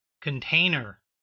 container